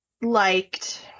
liked